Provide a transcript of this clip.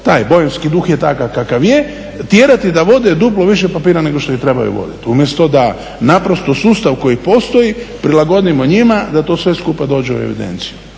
taj boemski duh je takav kakav je, tjerati da vode duplo više papira nego što ih trebaju voditi. Umjesto da naprosto sustav koji postoji prilagodimo njima da to sve skupa dođe u evidenciju.